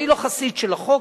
אני לא חסיד של החוק,